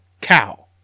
cow